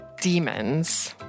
demons